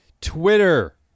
Twitter